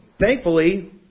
Thankfully